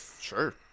sure